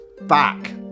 back